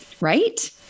Right